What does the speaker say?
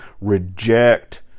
reject